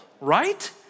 right